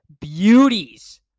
beauties